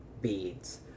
beads